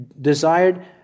desired